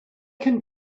can